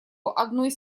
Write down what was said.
одной